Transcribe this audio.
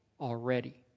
already